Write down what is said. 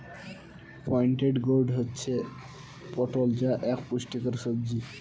pointed gourd হচ্ছে পটল যা এক পুষ্টিকর সবজি